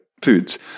foods